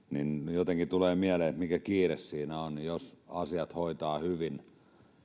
jotenkin tulee mieleen että mikä kiire siinä on jos asiat hoitaa hyvin